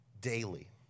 daily